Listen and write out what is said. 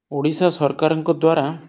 ଓଡ଼ିଶା ସରକାରଙ୍କ ଦ୍ୱାରା